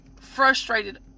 frustrated